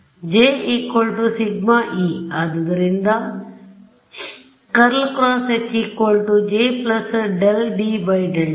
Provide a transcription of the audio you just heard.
J σE ಆದ್ದರಿಂದ ಆದ್ದರಿಂದ ∇× H J ∂D∂t